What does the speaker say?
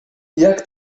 jak